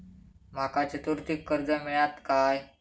माका चतुर्थीक कर्ज मेळात काय?